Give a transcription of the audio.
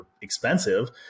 expensive